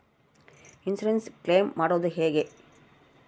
Insurance claim ಮಾಡದು ಹೆಂಗೆ?